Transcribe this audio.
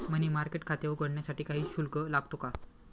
मनी market खाते उघडण्यासाठी काही शुल्क लागतो का?